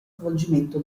svolgimento